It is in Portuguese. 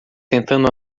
tentando